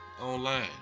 online